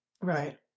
Right